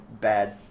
bad